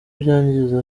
byangiza